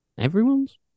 Everyone's